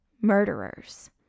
murderers